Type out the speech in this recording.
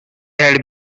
had